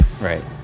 right